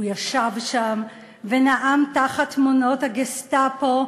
"הוא ישב שם ונאם תחת תמונות הגסטפו,